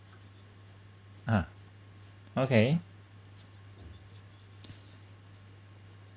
uh okay